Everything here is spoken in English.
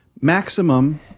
maximum